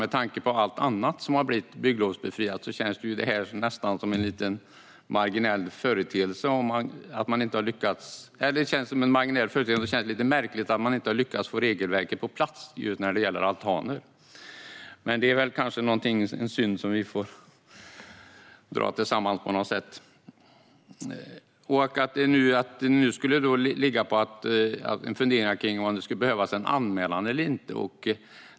Med tanke på allt annat som har blivit bygglovsbefriat känns detta som en marginell företeelse, och det känns lite märkligt att man inte har lyckats få regelverket på plats just när det gäller altaner. Men det är kanske en synd som vi får dra tillsammans på något sätt. Nu skulle det då finnas funderingar på om det skulle behövas en anmälan eller inte.